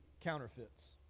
counterfeits